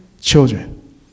children